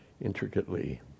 intricately